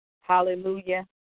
hallelujah